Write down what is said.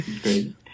Great